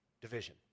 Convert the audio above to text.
Division